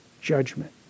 judgment